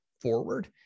forward